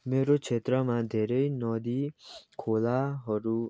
मेरो क्षेत्रमा धेरै नदी खोलाहरू